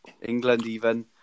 England—even